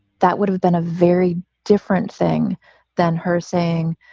that would have been a very different thing than her saying,